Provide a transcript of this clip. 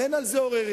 ואין על זה עוררין,